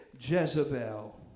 Jezebel